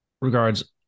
regards